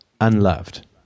unloved